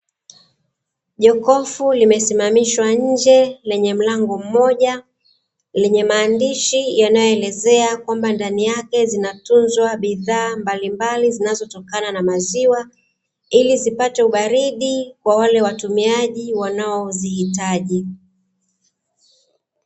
Jokofu limesimamishwa njee lenye mlango mmoja, Lenye maandishi yanayo elezea kwamba ndani yake zinatunzwa bidhaa mbalimbali zinazo tokana na maziwa ili zipate ubaridi kwa wale watumiaji wanao zihitaji.